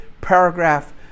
Paragraph